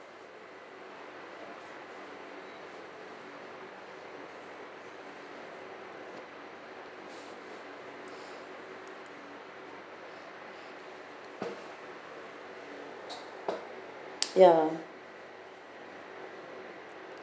ya